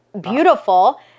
beautiful